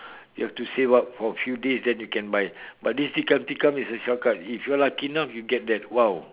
you have to save up for a few days then you can buy but this tikam tikam is a short cut if you're lucky enough you get that !wow!